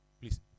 please